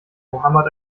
mohammad